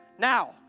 Now